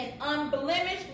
unblemished